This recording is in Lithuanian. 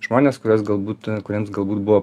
žmones kuriuos galbūt kuriems galbūt buvo